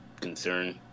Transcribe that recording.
concern